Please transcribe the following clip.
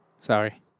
Sorry